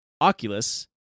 Oculus